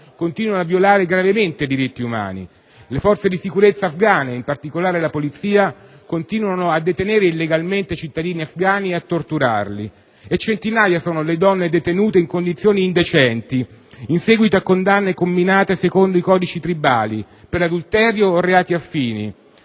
continuano a violare gravemente i diritti umani. Le forze di sicurezza afgane, in particolare la polizia, continuano a detenere illegalmente i cittadini afghani e a torturarli. Centinaia sono le donne detenute in condizioni indecenti in seguito a condanne comminate secondo i codici tribali, per adulterio o reati affini.